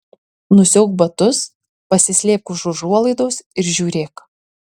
nusiauk batus pasislėpk už užuolaidos ir žiūrėk